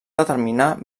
determinar